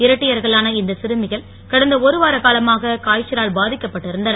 இரட்டையர்களான இந்த சிறுமிகள் கடந்த ஒருவார காலமாக காய்ச்சலால் பாதிக்கப்பட்டிருந்தனர்